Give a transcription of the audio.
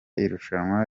irushanywa